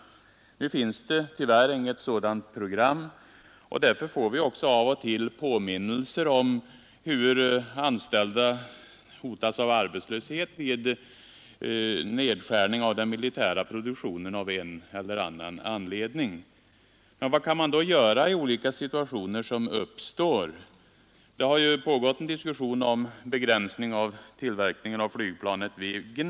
Nu finns det tyvärr inget sådant program, och detta får vi också av och till påminnelser om genom att anställda hotas av arbetslöshet när den militära produktionen av en eller annan anledning begränsas. Men vad kan man då göra i olika situationer som uppstår? Det har pågått en diskussion om begränsning av tillverkningen av flygplanet Viggen.